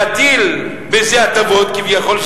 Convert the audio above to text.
להטיל בזה הטבות כביכול,